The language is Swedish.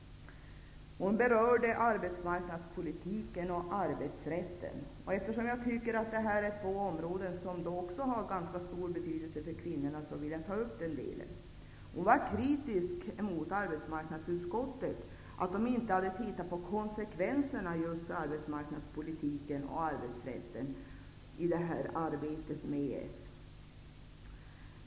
Hon talade om arbetsmarknadspolitiken och arbetsrätten, och eftersom jag tycker att det är två områden som har ganska stor betydelse för kvinnorna vill jag ta upp den delen. Gudrun Schyman var kritisk mot att arbetsmarknadsutskottet inte hade tittat på konsekvenserna för arbetsmarknadspolitiken och arbetsrätten i arbetet med EES.